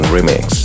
Remix